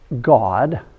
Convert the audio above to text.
God